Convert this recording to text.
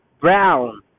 brown